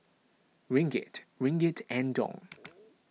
Ringgit Ringgit and Dong